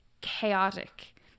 chaotic